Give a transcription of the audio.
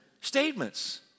statements